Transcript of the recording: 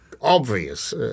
obvious